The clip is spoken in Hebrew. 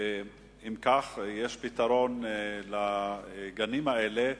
אם כך, יש פתרון לגנים האלה,